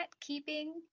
keeping